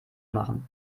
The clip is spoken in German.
machen